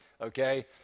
okay